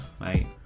Mate